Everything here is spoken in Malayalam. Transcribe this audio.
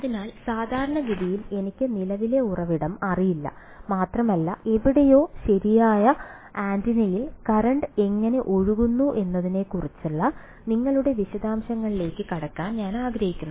അതിനാൽ സാധാരണഗതിയിൽ എനിക്ക് നിലവിലെ ഉറവിടം അറിയില്ല മാത്രമല്ല എവിടെയോ ശരിയായ ആന്റിനയിൽ കറന്റ് എങ്ങനെ ഒഴുകുന്നു എന്നതിനെക്കുറിച്ചുള്ള നിങ്ങളുടെ വിശദാംശങ്ങളിലേക്ക് കടക്കാൻ ഞാൻ ആഗ്രഹിക്കുന്നു